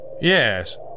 Yes